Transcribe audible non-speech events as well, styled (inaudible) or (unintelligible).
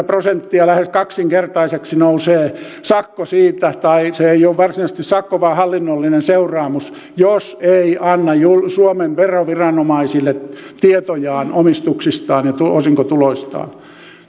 (unintelligible) prosenttia lähes kaksinkertaiseksi nousee sakko siitä tai se ei ole varsinaisesti sakko vaan hallinnollinen seuraamus jos ei anna suomen veroviranomaisille tietoja omistuksistaan ja osinkotuloistaan